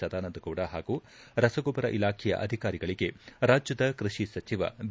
ಸದಾನಂದಗೌಡ ಹಾಗೂ ರಸಗೊಬ್ಬರ ಇಲಾಖೆಯ ಅಧಿಕಾರಿಗಳಿಗೆ ರಾಜ್ಯದ ಕೃಷಿ ಸಚಿವ ಬಿ